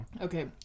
Okay